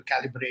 calibrate